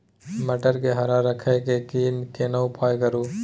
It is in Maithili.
मटर के हरा रखय के लिए केना उपाय करू?